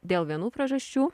dėl vienų priežasčių